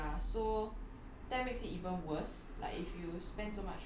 and and everything in the process yeah so